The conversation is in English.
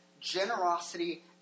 generosity